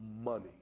money